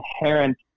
inherent